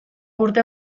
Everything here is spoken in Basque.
urte